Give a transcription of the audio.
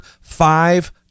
five